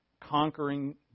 conquering